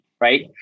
right